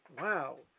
wow